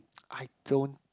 I don't